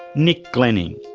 nick glenning